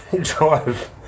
drive